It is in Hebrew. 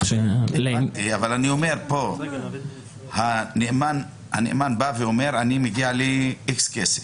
אני אומר שכאן הנאמן אומר שמגיע לו איקס כסף.